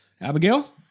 Abigail